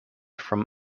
from